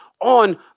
on